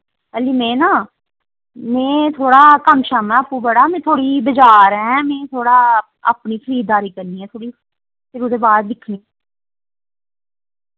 आह्ली में ना में थोह्ड़ा कम्म शम्म ऐ आप्पू बड़ा में थोह्ड़ी बजार ऐं मैं थोह्ड़ा अपनी खरीददारी करनी ऐ थोह्ड़ी फिर ओह्दे बाद दिक्खनी